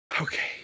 Okay